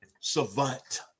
savant